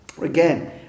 Again